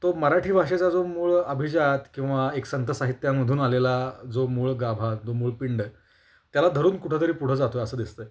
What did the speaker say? तो मराठी भाषेचा जो मूळ अभिजात किंवा एक संत साहित्यामधून आलेला जो मूळ गाभा जो मूळ पिंड त्याला धरून कुठंतरी पुढं जातो आहे असं दिसतं आहे